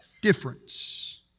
difference